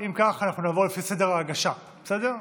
אנחנו נעבור לפי סדר ההגשה, בסדר?